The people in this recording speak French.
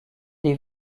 des